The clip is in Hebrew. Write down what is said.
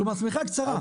כלומר השמיכה קצרה.